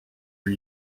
are